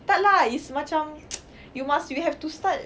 tak lah it's macam you must we have to start